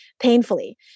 Painfully